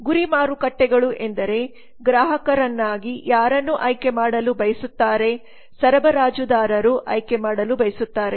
ಗುರಿ ಮಾರುಕಟ್ಟೆಗಳು ಎಂದರೆ ಗ್ರಾಹಕರನ್ನಾಗಿ ಯಾರನ್ನು ಆಯ್ಕೆ ಮಾಡಲು ಬಯಸುತ್ತಾರೆ ಸರಬರಾಜುದಾರರು ಆಯ್ಕೆ ಮಾಡಲು ಬಯಸುತ್ತಾರೆ